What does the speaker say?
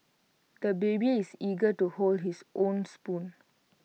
the baby is eager to hold his own spoon